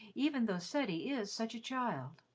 even though ceddie is such a child.